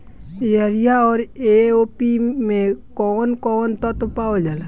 Urea औरी A O कौवन कौवन तत्व पावल जाला?